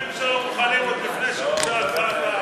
הדברים שלו מוכנים עוד לפני שהוגשה ההצעה.